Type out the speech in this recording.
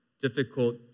difficult